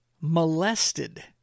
molested